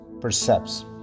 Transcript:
percepts